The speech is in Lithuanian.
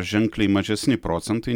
ženkliai mažesni procentai